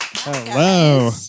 Hello